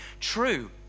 true